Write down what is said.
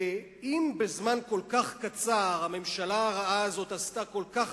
ואם בזמן כל כך קצר הממשלה הרעה הזאת עשתה כל כך